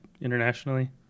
internationally